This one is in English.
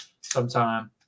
sometime